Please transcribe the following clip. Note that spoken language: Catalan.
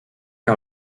que